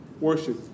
worship